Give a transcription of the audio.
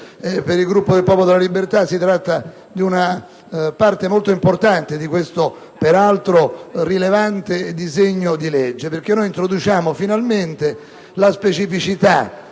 per il Gruppo del Popolo della Libertà l'articolo 14 è una parte molto importante di questo peraltro rilevante disegno di legge. Infatti, riconosciamo finalmente la specificità